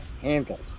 handled